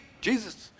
Jesus